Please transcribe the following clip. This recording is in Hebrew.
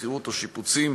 שכירות או שיפוצים